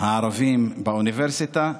הערבים באוניברסיטה.